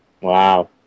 Wow